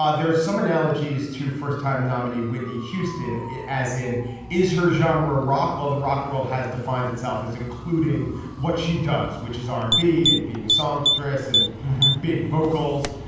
there's some analogies to first time nominee whitney houston. as in is her genre rock. while the rock and roll has defined itself as including what she does, which is r and b and being a songstress and big vocals.